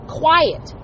quiet